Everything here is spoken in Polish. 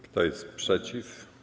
Kto jest przeciw?